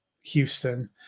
Houston